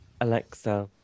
alexa